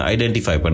Identify